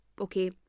okay